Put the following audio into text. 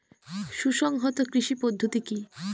সুসংহত কৃষি পদ্ধতি কি?